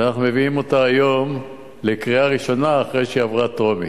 ואנחנו מביאים אותה היום לקריאה ראשונה אחרי שהיא עברה בקריאה טרומית.